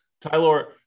Tyler